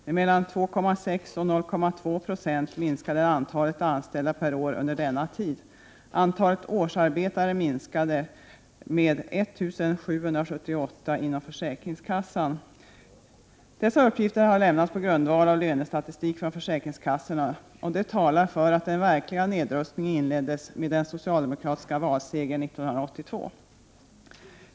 Med mellan 2,6 och 0,2 20 minskade antalet anställda per år under denna tid. Antalet årsarbetare inom försäkringskassan minskade under dessa år med 1 778. Dessa uppgifter har lämnats på grundval av lönestatistik från försäkringskassorna, och det talar för att den verkliga nedrustningen inleddes med den socialdemokratiska valsegern 1982.